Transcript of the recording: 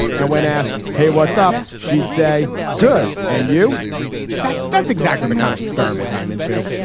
and when asked hey what's up. she'd say good. and you that's that's exactly the kind of experiment i'm into.